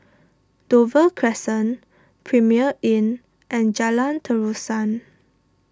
Dover Crescent Premier Inn and Jalan Terusan